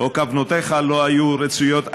או כוונותיך לא היו רצויות,